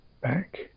Back